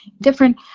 different